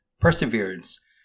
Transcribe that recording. perseverance